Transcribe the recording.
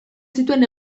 zituen